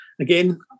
again